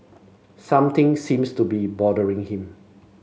something seems to be bothering him